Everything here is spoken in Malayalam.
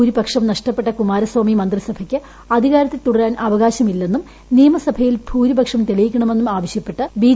ഭൂരിപക്ഷം നഷ്ടപ്പെട്ട കുമാരസ്വാമി മന്ത്രിസഭയ്ക്ക് അധികാരത്തിൽ തുടരാൻ അവകാശം ഇല്ലെന്നും നിയമസഭയിൽ ഭൂരിപക്ഷം തെളിയിക്കണമെന്നും ആവശ്യപ്പെട്ട് ബി